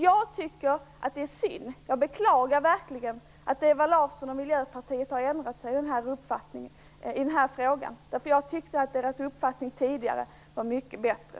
Jag beklagar verkligen att Ewa Larsson och Miljöpartiet har ändrat sig i den här frågan. Deras uppfattning tidigare var mycket bättre.